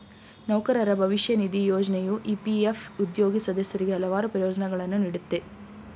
ನೌಕರರ ಭವಿಷ್ಯ ನಿಧಿ ಯೋಜ್ನೆಯು ಇ.ಪಿ.ಎಫ್ ಉದ್ಯೋಗಿ ಸದಸ್ಯರಿಗೆ ಹಲವಾರು ಪ್ರಯೋಜ್ನಗಳನ್ನ ನೀಡುತ್ತೆ